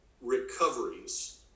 recoveries